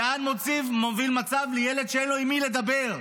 לאן מוביל מצב לילד שאין לו עם מי לדבר.